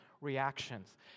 reactions